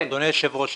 אדוני היושב-ראש,